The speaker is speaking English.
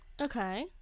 Okay